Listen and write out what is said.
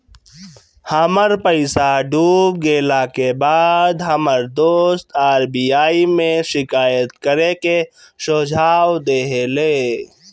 हमर पईसा डूब गेला के बाद हमर दोस्त आर.बी.आई में शिकायत करे के सुझाव देहले